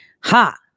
Ha